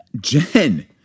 Jen